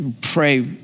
pray